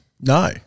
No